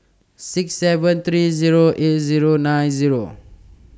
six seven three Zero eight Zero nine Zero